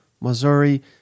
Missouri